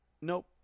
nope